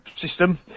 system